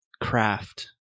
craft